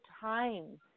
time